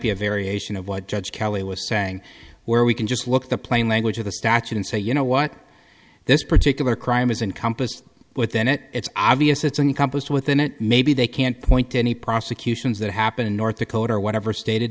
be a variation of what judge kelly was saying where we can just look at the plain language of the statute and say you know what this particular crime is encompassed within it it's obvious it's encompassed within it maybe they can't point to any prosecutions that happen in north dakota or whatever state it